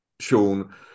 Sean